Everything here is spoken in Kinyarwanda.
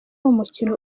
umukino